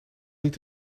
niet